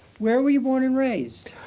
where were you born and raised?